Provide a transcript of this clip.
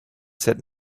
said